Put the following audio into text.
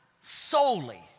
solely